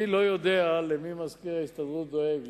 אני לא יודע למי מזכיר ההסתדרות דואג,